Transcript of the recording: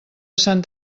sant